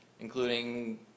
including